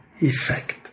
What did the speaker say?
effect